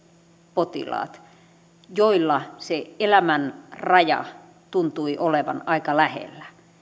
potilaat joilla se elämän raja tuntui olevan aika lähellä kokivat